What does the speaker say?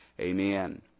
Amen